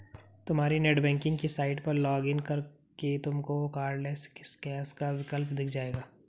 तुम्हारी नेटबैंकिंग की साइट पर लॉग इन करके तुमको कार्डलैस कैश का विकल्प दिख जाएगा